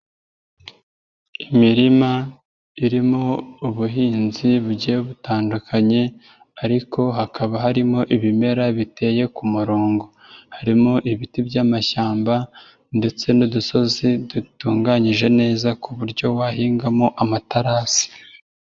Imirima irimo ubuhinzi bugiye butandukanye ariko hakaba harimo ibimera biteye ku murongo, harimo ibiti by'amashyamba ndetse n'udusozi dutunganyije neza ku buryo wahingamo amatarasi.